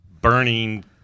burning